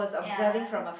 ya